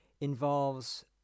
involves